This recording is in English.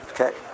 Okay